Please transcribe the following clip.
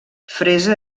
fresa